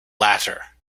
latter